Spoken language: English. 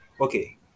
okay